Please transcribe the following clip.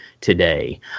today